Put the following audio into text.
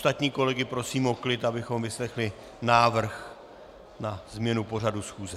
Ostatní kolegy prosím o klid, abychom vyslechli návrh na změnu pořadu schůze.